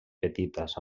petites